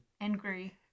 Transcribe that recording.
Angry